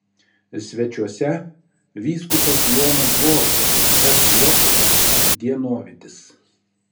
svečiuose vyskupas jonas boruta sj dienovidis